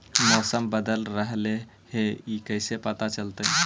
मौसम बदल रहले हे इ कैसे पता चलतै?